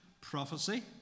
prophecy